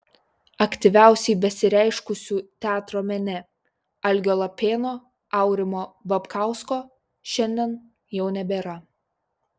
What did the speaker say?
aktyviausiai besireiškusių teatro mene algio lapėno aurimo babkausko šiandien jau nebėra